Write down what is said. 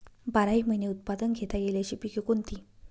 बाराही महिने उत्पादन घेता येईल अशी पिके कोणती?